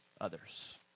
others